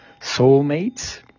soulmates